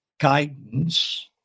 guidance